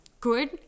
good